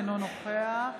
אינו נוכח